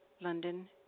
London